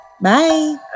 Bye